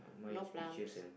no plums